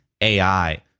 AI